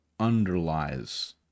underlies